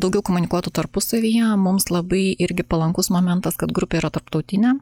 o daugiau komunikuotų tarpusavyje mums labai irgi palankus momentas kad grupė yra tarptautinė